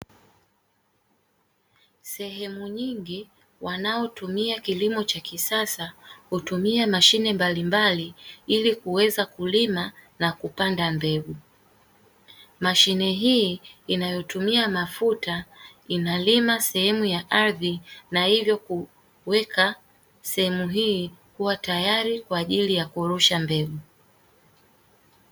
Sehemu nyingi wanaotumia kilimo cha kisasa hutumia mashine mbalimbali ili kuweza kulima na kupanda mbegu, mashine hii inayotumia mafuta inalima sehemu ya ardhi na hivyo kuweka sehemu hii kuwa tayari kwa ajili ya kurusha mbegu.